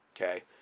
okay